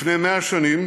לפני 100 שנים